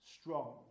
strong